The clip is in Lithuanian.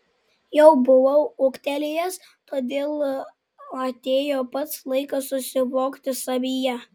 jau buvau ūgtelėjęs todėl atėjo pats laikas susivokti savyje